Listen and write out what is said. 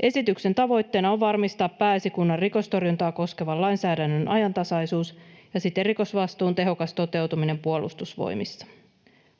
Esityksen tavoitteena on varmistaa Pääesikunnan rikostorjuntaa koskevan lainsäädännön ajantasaisuus ja siten rikosvastuun tehokas toteutuminen Puolustusvoimissa.